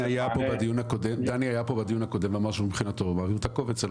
דני היה פה בדיון הקודם ואמר שמבחינתו הוא מעביר את הקובץ,